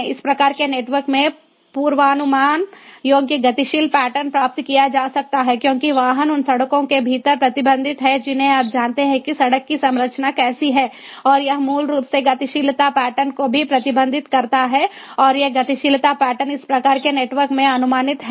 इस प्रकार के नेटवर्क में पूर्वानुमान योग्य गतिशीलता पैटर्न प्राप्त किया जा सकता है क्योंकि वाहन उन सड़कों के भीतर प्रतिबंधित हैं जिन्हें आप जानते हैं कि सड़क की संरचना कैसी है और यह मूल रूप से गतिशीलता पैटर्न को भी प्रतिबंधित करता है और ये गतिशीलता पैटर्न इस प्रकार के नेटवर्क में अनुमानित हैं